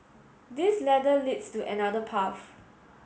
this ladder leads to another path